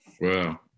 Wow